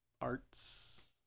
arts